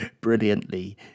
brilliantly